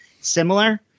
similar